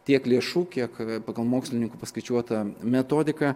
tiek lėšų kiek pagal mokslininkų paskaičiuotą metodiką